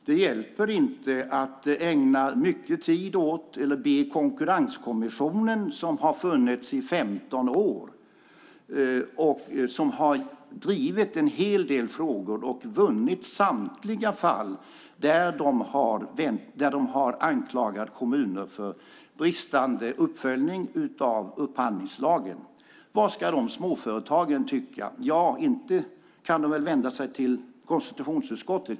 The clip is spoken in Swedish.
Det hjälper inte att ägna mycket tid åt detta eller att be Konkurrenskommissionen, som har funnits i 15 år och som har drivit en hel del frågor och vunnit samtliga fall där de har anklagat kommuner för bristande uppföljning av upphandlingslagen, om hjälp. Vad ska de småföretagen tycka? Ja, de kan nog inte vända sig till konstitutionsutskottet.